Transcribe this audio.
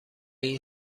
این